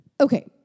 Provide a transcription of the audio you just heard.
Okay